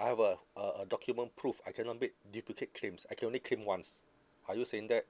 I have a a document proof I cannot make duplicate claims I can only claim once are you saying that